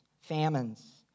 famines